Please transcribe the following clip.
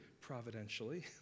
Providentially